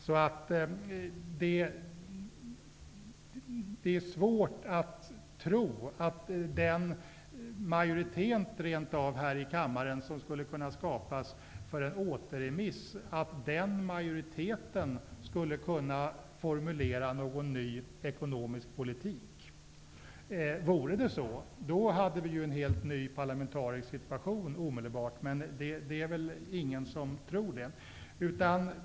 Det är därför svårt att tro att den majoritet som skulle kunna skapas här i kammaren för en återremiss kan formulera någon ny ekonomisk politik. Om det vore så hade vi omedelbart en helt ny parlamentarisk situation, men det är väl ingen som tror det.